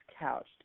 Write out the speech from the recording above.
couched